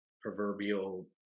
proverbial